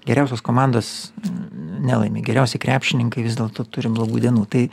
geriausios komandos nelaimi geriausi krepšininkai vis dėlto turi blogų dienų tai